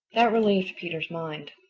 that relieved peter's mind.